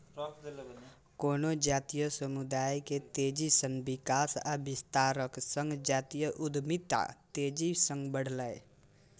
कोनो जातीय समुदाय के तेजी सं विकास आ विस्तारक संग जातीय उद्यमिता तेजी सं बढ़लैए